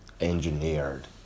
engineered